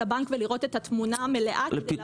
הבנק ולראות את התמונה המלאה כדי להבין.